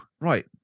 right